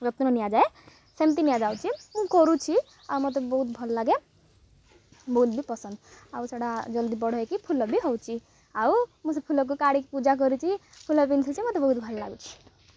ଯତ୍ନ ନିଆଯାଏ ସେମିତି ନିଆଯାଉଛି ମୁଁ କରୁଛିି ଆଉ ମୋତେ ବହୁତ ଭଲ ଲାଗେ ବହୁତ ବି ପସନ୍ଦ ଆଉ ସେଟା ଜଲ୍ଦି ବଡ଼ ହୋଇକି ଫୁଲ ବି ହେଉଛି ଆଉ ମୁଁ ସେ ଫୁଲକୁ କାଢ଼ିକି ପୂଜା କରିଛି ଫୁଲ ପିନ୍ଧୁଛି ମୋତେ ବହୁତ ଭଲ ଲାଗୁଛି